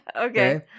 Okay